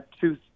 two